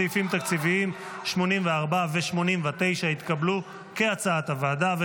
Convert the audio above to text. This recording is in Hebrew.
סעיפים תקציביים 84 ו-89, כהצעת הוועדה, התקבלו.